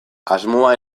asmoa